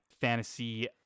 fantasy